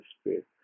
Spirit